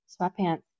sweatpants